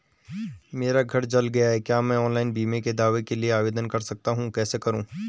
मेरा घर जल गया है क्या मैं ऑनलाइन बीमे के दावे के लिए आवेदन कर सकता हूँ कैसे करूँ?